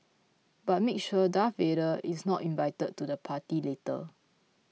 but make sure Darth Vader is not invited to the party later